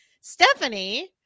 Stephanie